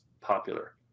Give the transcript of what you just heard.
popular